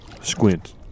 squint